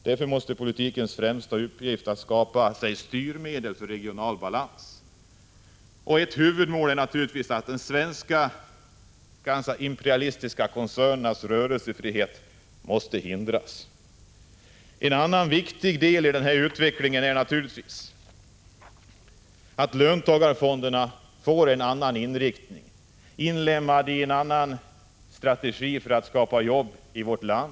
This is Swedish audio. Därför måste politikens främsta uppgift vara att skapa styrmedel för regional balans. Ett huvudmål är naturligtvis att svenska imperialistiska koncerners rörelsefrihet hindras. En annan viktig del i denna politik är naturligtvis att löntagarfonderna får en annan inriktning och inlemmas i en annan strategi för att skapa jobb i vårt land.